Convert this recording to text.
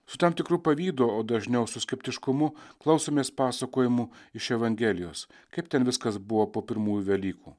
su tam tikru pavydu o dažniau su skeptiškumu klausomės pasakojimų iš evangelijos kaip ten viskas buvo po pirmųjų velykų